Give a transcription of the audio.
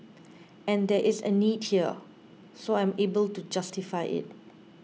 and there is a need here so I'm able to justify it